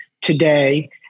today